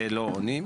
לא עונים.